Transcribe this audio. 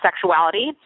sexuality